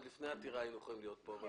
עוד לפני העתירה היינו יכולים להיות פה.